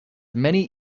many